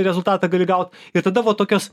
rezultatą gali gaut ir tada va tokios